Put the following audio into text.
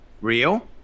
real